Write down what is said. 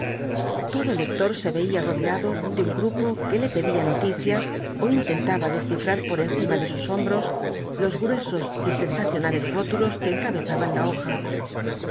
todo lector se veía rodeado de un grupo que le pedía noticias ó intentaba descifrar por encima de sus hombros los v blasco ibáfnd gruesos y sensacionales rótulos que encabezaban la hoja